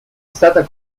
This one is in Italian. stata